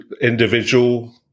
Individual